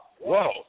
whoa